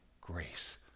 grace